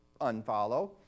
unfollow